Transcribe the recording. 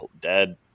dead